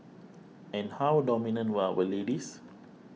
and how dominant were our ladies